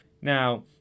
Now